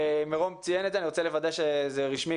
מרום ציין את זה ואני רוצה לוודא שזה רשמי,